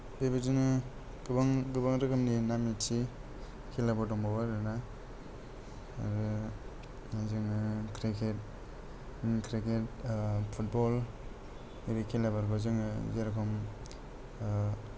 बेबादिनो गोबां गोबां रोखोमनि नाम मिथियो खेलाफोर दंबावो आरोना आरो जोङो क्रिकेट क्रिकेट फुतबल ओरि खेलाफोरखौ जोङो जेरखम